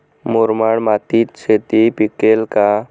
मुरमाड मातीत शेती पिकेल का?